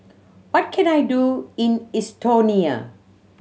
what can I do in Estonia